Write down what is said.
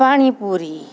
panipuri